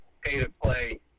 Pay-to-Play